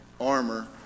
armor